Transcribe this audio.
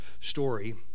story